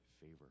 favor